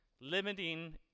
Limiting